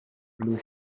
blue